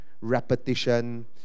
repetition